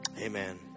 Amen